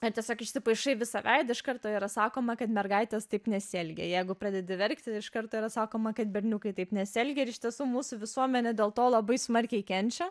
ar tiesiog išsipaišai visą veidą iš karto yra sakoma kad mergaitės taip nesielgia jeigu pradedi verkti tai iš karto yra sakoma kad berniukai taip nesielgia ir iš tiesų mūsų visuomenė dėl to labai smarkiai kenčia